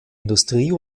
industrie